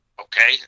okay